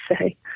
say